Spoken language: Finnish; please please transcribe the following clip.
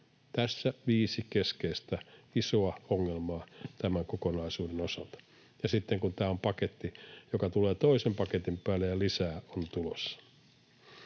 Tässä viisi keskeistä isoa ongelmaa tämän kokonaisuuden osalta. Ja tämä on paketti, joka tulee toisen paketin päälle, ja lisää on tulossa.